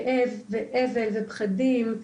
כאב ואבל ופחדים,